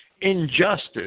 injustice